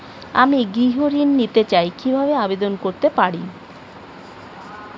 আমি গৃহ ঋণ নিতে চাই কিভাবে আবেদন করতে পারি?